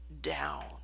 down